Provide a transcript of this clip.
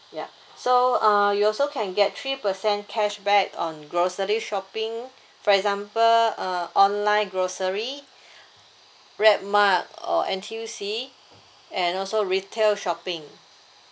ya so uh you also can get three percent cashback on grocery shopping for example uh online grocery grab mart or N_T_U_C and also retail shopping